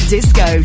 Disco